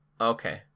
Okay